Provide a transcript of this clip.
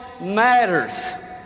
matters